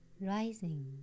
rising